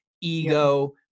ego